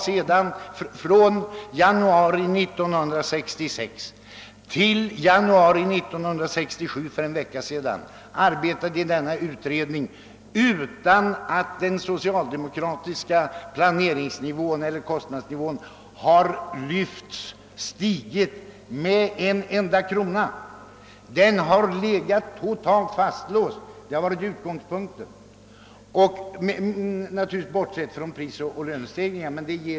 Men från januari 1967 till januari 1968 eller till i dag för en vecka sedan har vi arbetat i denna utredning utan att det socialdemokratiska förslaget till kostnadsnivå höjts med en enda krona. Kostnadsnivån har legat vågrätt och totalt fastlåst, bortsett från prisoch lönestegringar.